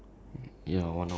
on the software